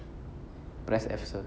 press F sir